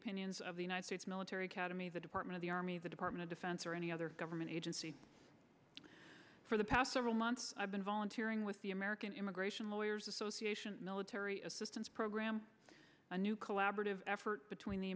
opinions of the united states military academy the department of the army the department of defense or any other government agency for the past several months i've been volunteering with the american immigration lawyers association military assistance program a new collaborative effort between the